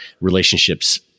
relationships